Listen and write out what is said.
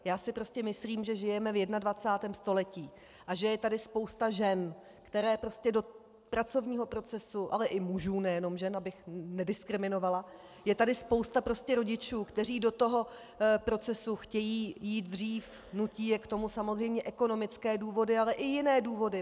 Já si prostě myslím, že žijeme ve 21. století a že je tady spousta žen, které do pracovního procesu, ale i mužů, nejenom žen, abych nediskriminovala, je tady spousta rodičů, kteří do toho procesu chtějí jít dřív, nutí je k tomu samozřejmě ekonomické důvody, ale i jiné důvody.